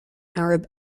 arab